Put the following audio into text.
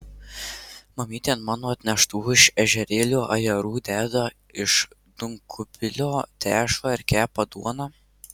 mamytė ant mano atneštų iš ežerėlio ajerų deda iš duonkubilio tešlą ir kepa duoną